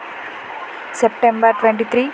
September twenty three